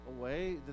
Away